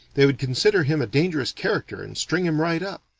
they would consider him a dangerous character and string him right up.